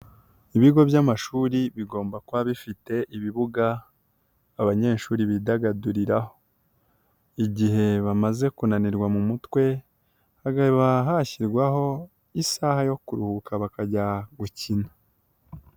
Ibigo by'amashuri bigomba kuba bifite ibibuga abanyeshuri bidagaduriraho, igihe bamaze kunanirwa mu mutwe, hakaba hashyirwaho isaha yo kuruhuka bakajya gukina.